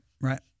right